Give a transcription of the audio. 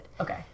Okay